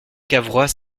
cavrois